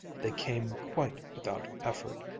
they came quite without effort.